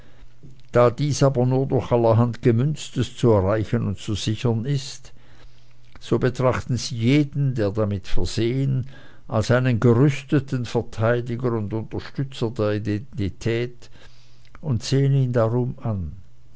da dies aber nur durch allerhand gemünztes zu erreichen und zu sichern ist so betrachten sie jeden der damit versehen als einen gerüsteten verteidiger und unterstützer der identität und sehen ihn drum an